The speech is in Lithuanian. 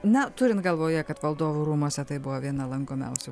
na turint galvoje kad valdovų rūmuose tai buvo viena lankomiausių